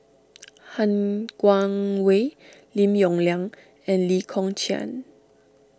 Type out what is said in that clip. Han Guangwei Lim Yong Liang and Lee Kong Chian